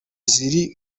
ziri